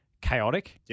chaotic